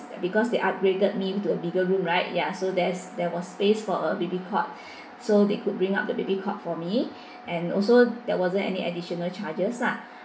because they upgraded me to a bigger room right ya so there is there was space for a baby cot so they could bring up the baby cot for me and also there wasn't any additional charges lah